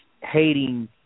hating